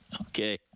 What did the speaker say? Okay